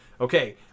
okay